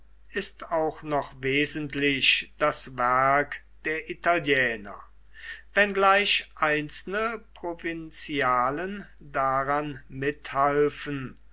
ist auch noch wesentlich das werk der italiener wenngleich einzelne provinzialen daran mithalfen